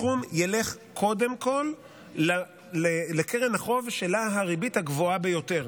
הסכום ילך קודם כול לקרן החוב שבה הריבית הגבוהה ביותר.